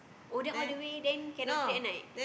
oh then all the way then cannot see at night